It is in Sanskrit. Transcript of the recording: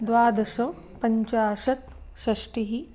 द्वादश पञ्चाशत् षष्टिः